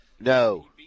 No